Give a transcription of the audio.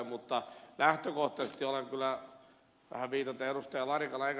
mutta lähtökohtaisesti olen vähän viitaten ed